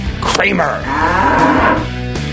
Kramer